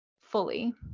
fully